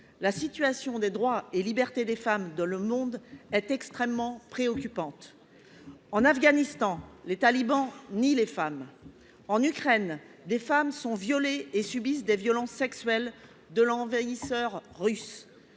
la situation des droits et libertés des femmes dans le monde est extrêmement préoccupante. En Afghanistan, les talibans nient les femmes ; en Ukraine, des femmes sont violées et subissent des violences sexuelles de l'envahisseur russe